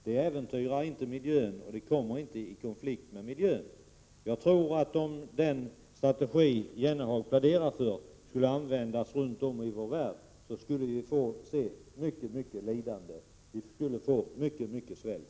Detta äventyrar inte miljön, och vi kommer inte i konflikt med miljön. Jag tror att om den strategi som Jan Jennehag pläderar för skulle användas runt om i vår värld, då skulle vi få se mycket lidande; vi skulle få mycket svält.